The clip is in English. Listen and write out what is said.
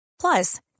plus